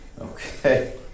okay